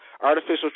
artificial